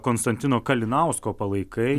konstantino kalinausko palaikai